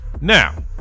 Now